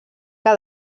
que